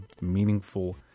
meaningful